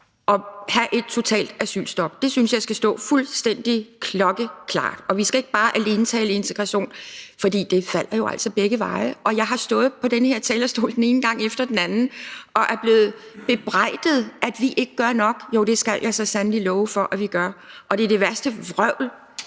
og have et totalt asylstop. Det synes jeg skal stå fuldstændig klokkeklart, og vi skal ikke bare tale integration alene, for det falder jo altså begge veje. Jeg har stået på den her talerstol den ene gang efter den anden og er blevet bebrejdet, at vi ikke gør nok. Jo, det skal jeg så sandelig love for at vi gør, og det er det værste vrøvl